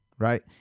Right